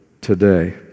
today